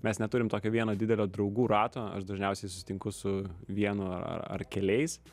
mes neturim tokio vieno didelio draugų rato aš dažniausiai susitinku su vienu ar keliais